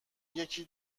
یکی